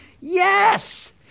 Yes